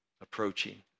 approaching